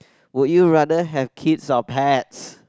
would you rather have kids or pets